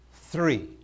Three